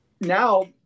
Now